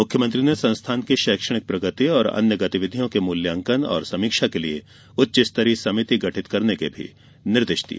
मुख्यमंत्री ने संस्थान की शैक्षणिक प्रगति और अन्य गतिविधियों के मूल्यांकन और समीक्षा के लिए उच्च स्तरीय समिति गठित करने के निर्देश दिये